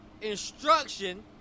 instruction